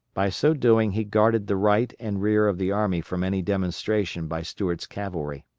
by so doing he guarded the right and rear of the army from any demonstration by stuart's cavalry.